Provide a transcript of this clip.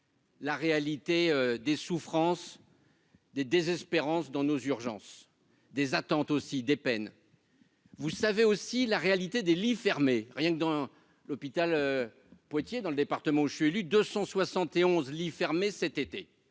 La réalité des souffrances. Des désespérances dans nos urgences des attentes aussi des peines vous savez aussi, la réalité des lits fermés, rien que dans l'hôpital Poitiers dans le département, je suis élu 271 lits fermés cet été,